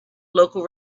local